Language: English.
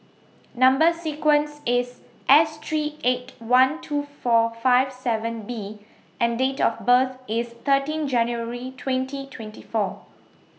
Number sequence IS S three eight one two four five seven B and Date of birth IS thirteen January twenty twenty four